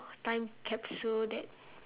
time capsule that